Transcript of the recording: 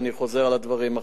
ואני חוזר על הדברים,